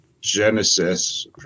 Genesis